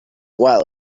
while